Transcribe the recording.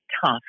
tough